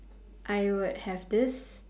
I would have this